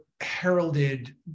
heralded